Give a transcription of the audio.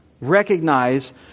Recognize